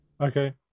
Okay